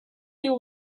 you